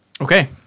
Okay